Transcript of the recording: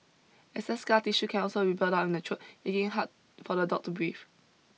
excess scar tissue can also build up in the throat making it hard for the dog to breathe